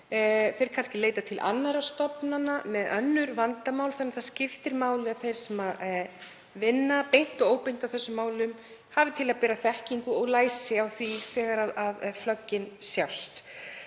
leita kannski til annarra stofnana með önnur vandamál, þannig að það skiptir máli að þeir sem vinna beint og óbeint að þessum málum hafi til að bera þekkingu og læsi á því þegar flöggin sjást.